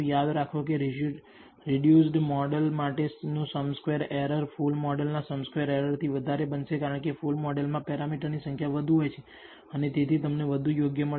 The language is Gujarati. યાદ રાખો કે રિડ્યુસડ મોડલ માટેનું sum square error full model ના સમ સ્ક્વેર એરર થી વધારે બનશે કારણ કે ફુલ મોડલમાં પેરામીટરની સંખ્યા વધુ હોય છે અને તેથી તમને વધુ યોગ્ય મળશે